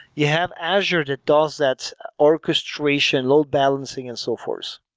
you have azure that does that orchestration, load-balancing and so forth.